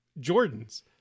Jordans